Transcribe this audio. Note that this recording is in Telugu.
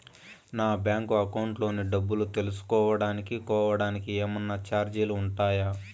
నా బ్యాంకు అకౌంట్ లోని డబ్బు తెలుసుకోవడానికి కోవడానికి ఏమన్నా చార్జీలు ఉంటాయా?